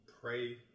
pray